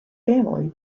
family